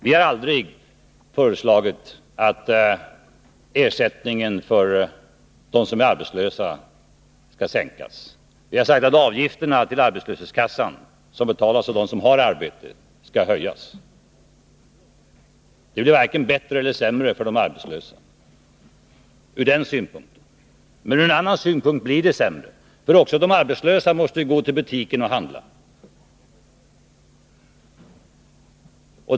Vi har aldrig föreslagit att ersättningen till dem som är arbetslösa skall sänkas. Vi har sagt att avgifterna till arbetslöshetskassan, som betalas av dem som har arbete, skall höjas. Det blir varken bättre eller sämre för de arbetslösa ur den synpunkten, men ur en annan synpunkt blir det sämre: också de arbetslösa måste ju gå till butiken och handla.